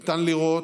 ניתן לראות